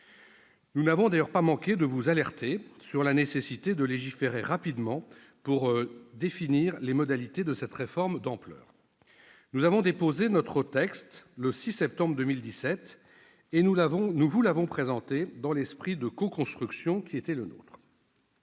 Nous n'avons d'ailleurs pas manqué de vous alerter sur la nécessité de légiférer rapidement, pour définir les modalités de cette réforme d'ampleur. Nous avons déposé notre texte le 6 septembre 2017 et nous vous l'avons présenté dans l'esprit de coconstruction qui était le nôtre.